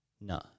no